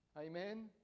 Amen